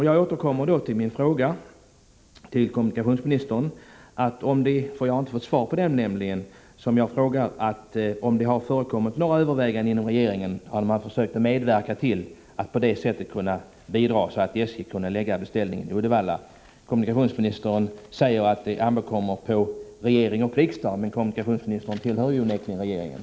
Jag återkommer därmed till min fråga till kommunikationsministern — jag har nämligen inte fått svar på den — om det har förekommit några överväganden inom regeringen om att på det sättet medverka till att SJ skulle ha kunnat lägga beställningen i Uddevalla. Kommunikationsministern säger att det ankommer på regering och riksdag att göra de regionalpolitiska bedömningarna, och kommunikationsministern tillhör ju onekligen regeringen.